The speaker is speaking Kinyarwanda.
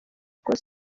kuko